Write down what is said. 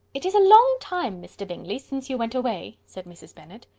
it is a long time, mr. bingley, since you went away, said mrs. bennet.